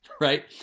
right